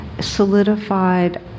solidified